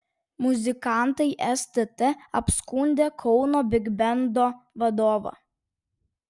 muzikantai stt apskundė kauno bigbendo vadovą